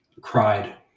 Cried